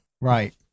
right